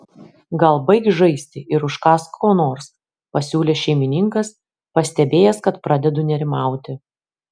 gal baik žaisti ir užkąsk ko nors pasiūlė šeimininkas pastebėjęs kad pradedu nerimauti